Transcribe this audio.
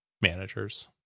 managers